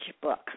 Book